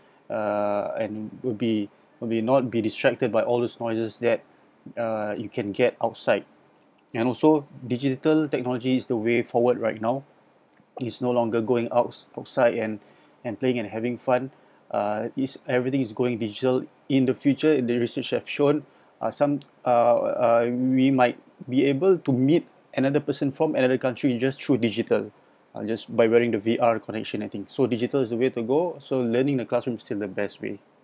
uh and would be would be not be distracted by all the noises that uh you can get outside and also digital technology is the way forward right now it's no longer going out outside and and playing and having fun everything is going digital in the future there's research have shown uh some uh uh we night be able to meet another person from another country in just through digital and by just wearing the V_R connection I think so I think digital is the way to go so learning in the classroom is the best way